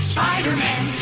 Spider-Man